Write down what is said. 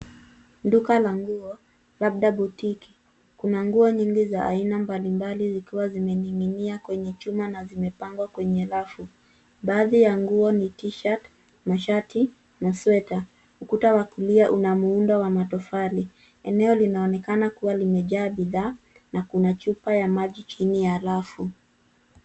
Duka la nguo labda botiki, kuna nguo nyingi za aina mbalimbali zikiwa zimening'inia kwenye chuma na zimepangwa kwenye rafu, baadhi ya nguo ni tishat, mashati na sweta. Ukuta wa kulia unamuundo wa matofali. Eneo linaonekana kuwa limejaa bidhaa na kuna chupa ya maji chini ya rafu.